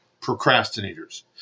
procrastinators